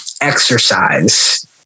exercise